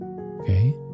okay